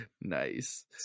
Nice